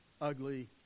ugly